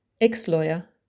ex-lawyer